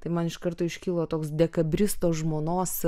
tai man iš karto iškilo toks dekabristo žmonos